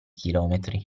chilometri